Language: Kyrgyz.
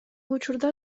учурда